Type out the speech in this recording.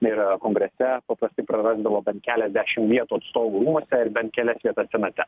ir kongrese paprastai prarasdavo bent keliasdešim vietų atstovų rūmuose ir bent kelias vietas senate